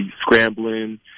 scrambling